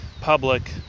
public